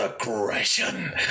aggression